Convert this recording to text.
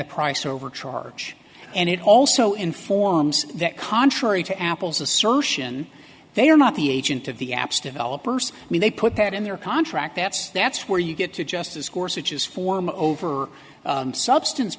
the price over charge and it also informs that contrary to apple's assertion they are not the agent of the apps developers i mean they put that in their contract that's that's where you get to just discourse which is form over substance